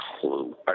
clue